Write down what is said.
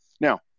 Now